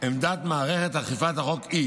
עמדת מערכת אכיפת החוק היא